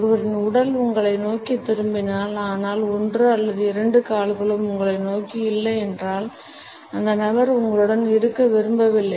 ஒருவரின் உடல் உங்களை நோக்கி திரும்பினால் ஆனால் ஒன்று அல்லது இரண்டு கால்களும் உங்களை நோக்கி இல்லை என்றால் அந்த நபர் உங்களுடன் இருக்க விரும்பவில்லை